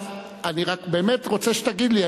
אני רק באמת רוצה שתגיד לי.